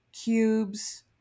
cubes